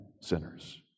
sinners